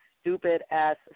stupid-ass